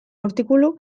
artikulu